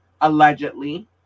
allegedly